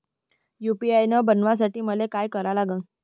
UPI बनवासाठी मले काय करा लागन?